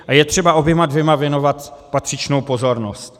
A je potřeba oběma dvěma věnovat patřičnou pozornost.